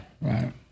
right